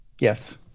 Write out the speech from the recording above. Yes